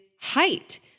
height